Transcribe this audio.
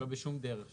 ולא בשום דרך שהיא.